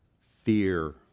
fear